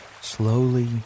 slowly